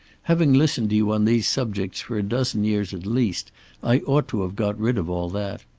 having listened to you on these subjects for a dozen years at least i ought to have got rid of all that.